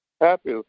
Happy